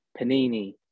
Panini